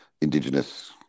Indigenous